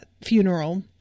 funeral